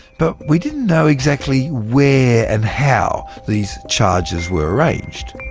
but we didn't know exactly where and how these charges were arranged.